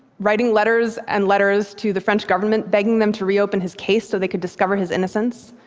writing letters and letters to the french government begging them to reopen his case so they could discover his innocence.